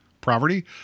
Poverty